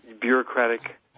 bureaucratic